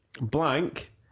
Blank